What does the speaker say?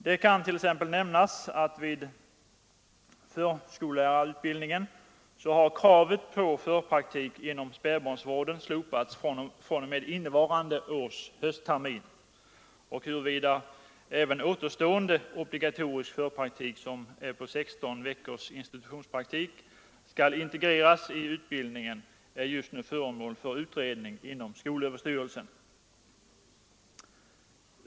Det kan t.ex. nämnas att vid förskollärarutbildningen har kravet på förpraktik inom spädbarnsvården slopats fr.o.m. innevarande års hösttermin. Huruvida även återstående obligatorisk förpraktik — som är 16 veckors institutionspraktik — skall integreras i utbildningen är just nu föremål för utredning inom skolöverstyrelsen.